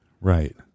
Right